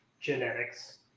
genetics